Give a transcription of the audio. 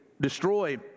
destroy